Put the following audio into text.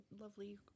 lovely